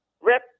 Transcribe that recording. Rip